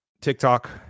TikTok